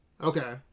Okay